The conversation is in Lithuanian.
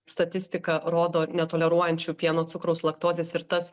statistika rodo netoleruojančių pieno cukraus laktozės ir tas